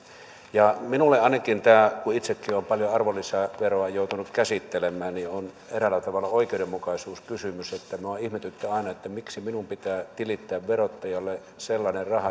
minulle ainakin tämä kun itsekin olen paljon arvonlisäveroa joutunut käsittelemään on eräällä tavalla oikeudenmukaisuuskysymys minua ihmetytti aina että miksi minun pitää tilittää verottajalle sellainen raha